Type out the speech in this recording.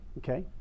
okay